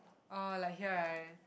oh like here right